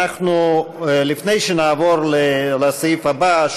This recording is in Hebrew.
לפני שנעבור לסעיף הבא,